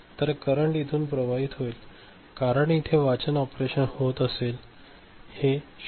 तर करंट इथून प्रवाहित होईल कारण इथे वाचन ऑपरेशन होत असेल हे 0